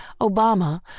Obama